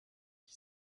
qui